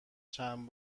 چند